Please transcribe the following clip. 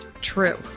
True